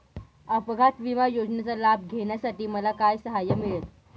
अपघात विमा योजनेचा लाभ घेण्यासाठी मला काय सहाय्य मिळेल?